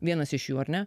vienas iš jų ar ne